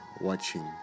watching